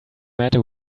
matter